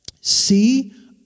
See